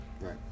Right